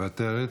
מוותרת.